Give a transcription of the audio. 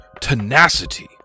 tenacity